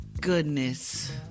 Goodness